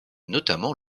notamment